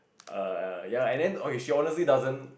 err ya lah and then okay she honestly doesn't